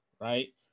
right